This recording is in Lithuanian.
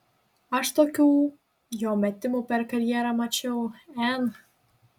aš tokių jo metimų per karjerą mačiau n